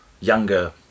younger